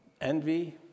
Envy